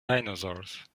dinosaurs